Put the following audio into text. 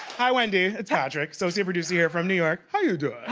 hi wendy, it's patrick. associate producer here from new york, how you doin'?